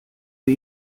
sie